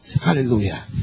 Hallelujah